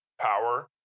power